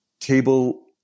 table